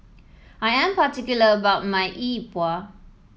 I am particular about my E Bua